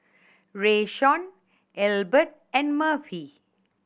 Rayshawn Elbert and Murphy